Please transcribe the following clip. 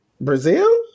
Brazil